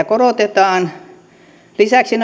korotetaan lisäksi